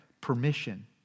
permission